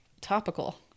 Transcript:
topical